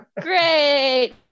great